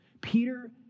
Peter